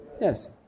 Yes